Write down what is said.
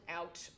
out